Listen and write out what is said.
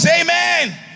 amen